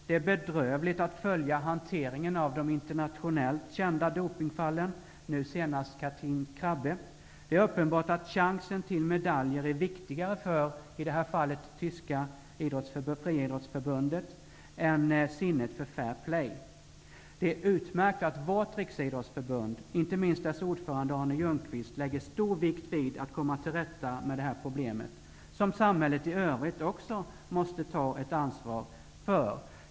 Det är bedrövligt att följa hanteringen av de internationellt kända dopingfallen -- nu senast Katrin Krabbe. Det är uppenbart att chansen till medaljer är viktigare -- i det här fallet för tyska friidrottsförbundet -- än sinnet för fair play. Det är utmärkt att vårt Riksidrottsförbund, inte minst dess ordförande Arne Ljungqvist, lägger stor vikt vid att komma till rätta med det här problemet, som samhället i övrigt också måste ta ett ansvar för.